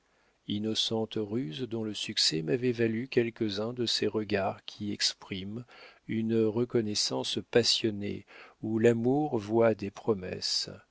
innocente ruse dont le succès m'avait valu quelques-uns de ces regards qui expriment une reconnaissance passionnée où l'amour voit des promesses